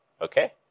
Okay